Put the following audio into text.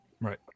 Right